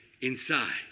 inside